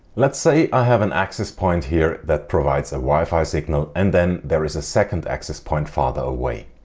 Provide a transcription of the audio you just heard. let's say i have an access point here that provides a wi-fi signal and then there is a second access point farther away.